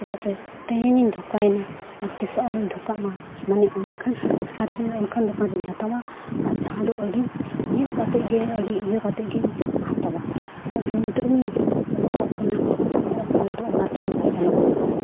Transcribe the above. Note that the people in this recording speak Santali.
ᱪᱮᱫᱟᱜ ᱥᱮ ᱛᱮᱦᱮᱧᱤᱧ ᱫᱷᱚᱠᱟᱭᱱᱟ ᱟᱫᱚ ᱛᱤᱥ ᱦᱚᱸ ᱟᱞᱚᱧ ᱫᱷᱚᱠᱟᱜ ᱢᱟ ᱢᱮᱱᱮᱠ ᱚᱱᱠᱟ ᱟᱨ ᱡᱮᱱᱚ ᱚᱱᱠᱟᱱ ᱫᱚᱠᱟᱱ ᱨᱮᱧ ᱦᱟᱛᱟᱣᱟ ᱟᱨ ᱡᱟᱦᱟᱸ ᱫᱚ ᱟᱹᱰᱤ ᱧᱮᱞ ᱠᱟᱛᱮᱜᱮ ᱟᱹᱰᱤ ᱤᱭᱟᱹ ᱠᱟᱛᱮ ᱜᱤᱧ ᱦᱟᱛᱟᱣᱟ ᱪᱮᱫᱟᱜ ᱥᱮ ᱱᱤᱛᱚᱜ ᱤᱧᱤᱧ ᱯᱚᱥᱛᱟᱜ ᱠᱟᱱᱟ ᱪᱮᱫᱟᱜ ᱥᱮ ᱱᱤᱛ ᱦᱚᱸ ᱚᱱᱟᱛᱮ